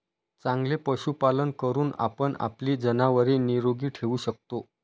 चांगले पशुपालन करून आपण आपली जनावरे निरोगी ठेवू शकतो